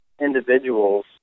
individuals